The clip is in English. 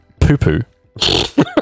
poo-poo